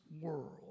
world